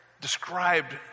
described